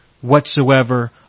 whatsoever